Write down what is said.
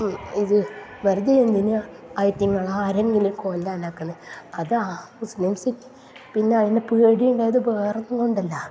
ഇത് വെറുതെ എന്തിനാണ് അയിറ്റ്ങ്ങളെ ആരെങ്കിലും കൊല്ലാൻ ആക്കുന്നത് അതാ മുസ്ലിംസ് പിന്നെ അതിന് പേടിയുണ്ടായത് ബേറെ ഒന്നും കൊണ്ടല്ല